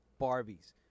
Barbies